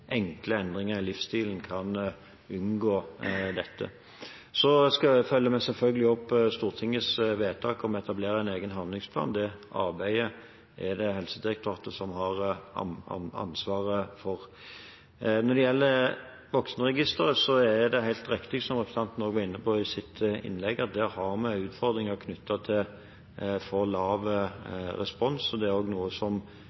enkle endringer i livsstilen unngå dette. Vi følger selvfølgelig opp Stortingets vedtak om å etablere en egen handlingsplan. Det arbeidet er det Helsedirektoratet som har ansvaret for. Når det gjelder voksenregisteret, er det helt riktig, som representanten også var inne på i sitt innlegg, at der har vi utfordringer knyttet til for lav